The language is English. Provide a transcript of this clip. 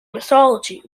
mythology